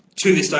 to this like